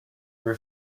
were